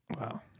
Wow